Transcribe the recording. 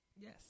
Yes